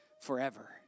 forever